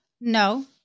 No